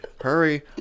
hurry